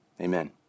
Amen